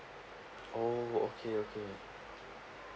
oh okay okay